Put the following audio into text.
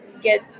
Get